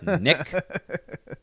Nick